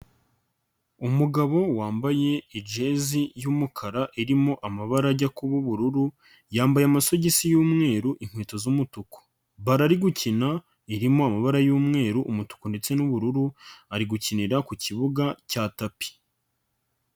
Umugabo wambaye ijezi y'umukara irimo amabara ajya kuba ubururu, yambaye amasogisi y'umweru, inkweto z'umutuku. Balo ari gukina irimo amabara y'umweru, umutuku ndetse n'ubururu, ari gukinira ku kibuga cya tapi.